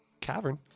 cavern